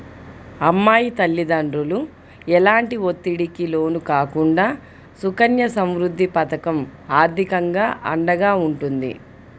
అమ్మాయి తల్లిదండ్రులు ఎలాంటి ఒత్తిడికి లోను కాకుండా సుకన్య సమృద్ధి పథకం ఆర్థికంగా అండగా ఉంటుంది